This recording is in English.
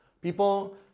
People